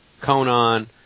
Conan